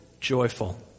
joyful